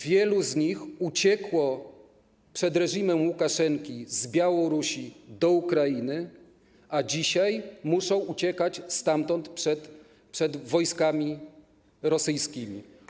Wielu z nich uciekło przed reżimem Łukaszenki z Białorusi do Ukrainy, a dzisiaj muszą uciekać stamtąd przed wojskami rosyjskimi.